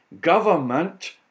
government